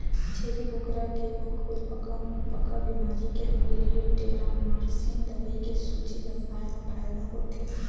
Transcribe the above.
छेरी बोकरा के म खुरपका मुंहपका बेमारी के होय ले टेरामारसिन दवई के सूजी लगवाए मा फायदा होथे